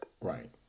Right